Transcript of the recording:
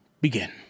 begin